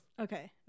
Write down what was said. okay